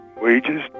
wages